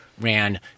ran